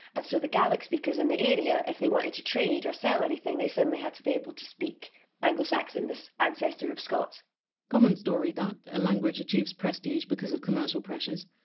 and so the gaelic speakers in the area, if they wanted to trade or sell anything they certainly had to be able to speak anglo-saxon, this ancestor of scots common story, that a language achieves prestige because of commercial pressures.